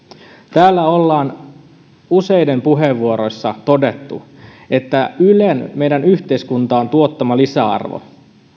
täällä ollaan useiden puheenvuoroissa todettu että ylen meidän yhteiskuntaamme tuottama lisäarvo